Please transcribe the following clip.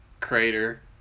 Crater